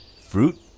Fruit